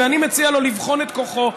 ואני מציע לו לבחון את כוחו.